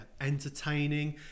entertaining